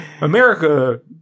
America